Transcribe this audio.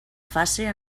fase